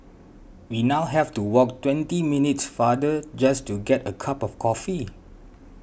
we now have to walk twenty minutes farther just to get a cup of coffee